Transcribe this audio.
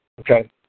okay